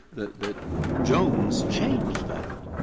that that jones changed that,